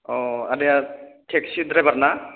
आदाया थेख्सि द्रायबार ना